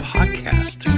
Podcast